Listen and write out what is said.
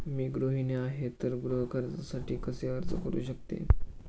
मी गृहिणी आहे तर गृह कर्जासाठी कसे अर्ज करू शकते?